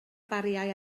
bariau